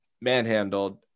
manhandled